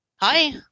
Hi